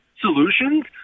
solutions